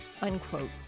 unquote